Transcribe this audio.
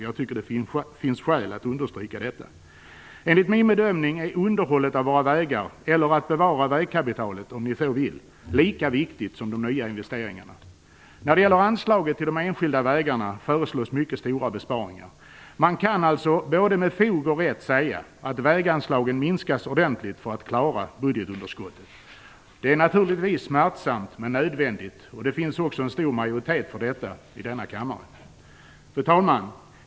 Jag tycker att det finns skäl att understryka detta. Enligt min bedömning är underhållet av våra vägar, eller att bevara vägkapitalet om ni så vill, lika viktigt som de nya investeringarna. När det gäller anslaget till de enskilda vägarna föreslås mycket stora besparingar. Man kan alltså både med fog och vett säga att väganslagen minskas ordentligt för att klara budgetunderskottet. Det är naturligtvis smärtsamt men nödvändigt. Det finns också en stor majoritet för detta i kammaren. Fru talman!